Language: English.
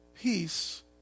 Peace